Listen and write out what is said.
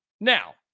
Now